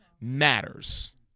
matters